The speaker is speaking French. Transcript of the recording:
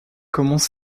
commence